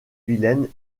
vilaine